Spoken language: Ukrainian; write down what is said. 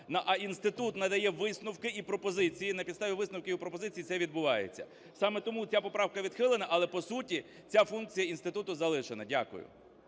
а інститут надає висновки і пропозиції. На підставі висновків і пропозицій це відбувається. Саме тому ця поправка відхилена, але по суті ця функція інституту залишена. Дякую.